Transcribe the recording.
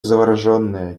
завороженная